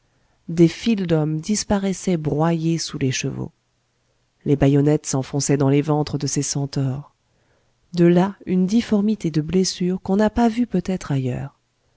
des files d'hommes disparaissaient broyées sous les chevaux les bayonnettes s'enfonçaient dans les ventres de ces centaures de là une difformité de blessures qu'on n'a pas vue peut-être ailleurs